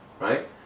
right